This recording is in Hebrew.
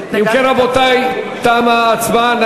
אם כן, רבותי, תמה ההצבעה.